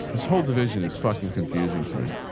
this whole division is fucking confusing to me.